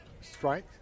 strike